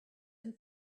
and